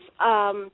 yes